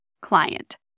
client